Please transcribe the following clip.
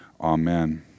Amen